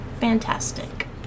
fantastic